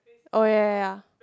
oh ya ya ya